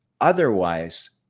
otherwise